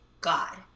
god